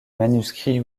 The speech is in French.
manuscrits